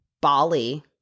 Bali